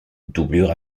doublure